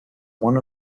one